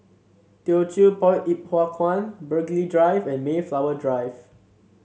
Teochew Poit Ip Huay Kuan Burghley Drive and Mayflower Drive